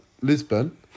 Lisbon